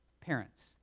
parents